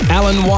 Alan